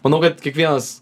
manau kad kiekvienas